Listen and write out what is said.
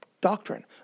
doctrine